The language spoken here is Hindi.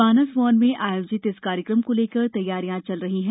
मानस भवन में आयोजित इस कार्यक्रम को लेकर तैयारियां चल रही हैं